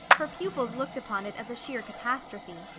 her pupils looked upon it as a sheer catastrophe.